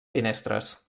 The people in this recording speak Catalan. finestres